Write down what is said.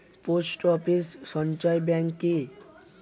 Post office সঞ্চয় bank কি?